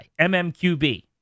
MMQB